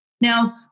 Now